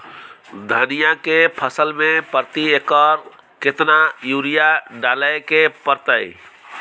धनिया के फसल मे प्रति एकर केतना यूरिया डालय के परतय?